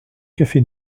café